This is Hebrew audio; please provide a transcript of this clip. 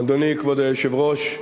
אדוני, כבוד היושב-ראש,